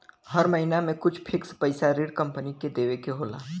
हर महिना में कुछ फिक्स पइसा ऋण कम्पनी के देवे के होला